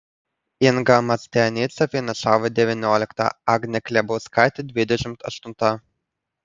inga mastianica finišavo devyniolikta agnė klebauskaitė dvidešimt aštunta